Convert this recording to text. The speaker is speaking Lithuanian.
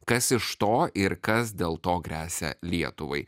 kas iš to ir kas dėl to gresia lietuvai